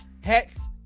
hats